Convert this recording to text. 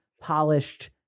polished